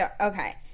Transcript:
Okay